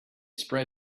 spread